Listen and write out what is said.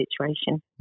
situation